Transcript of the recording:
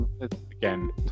Again